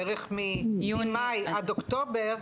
בערך ממאי עד אוקטובר,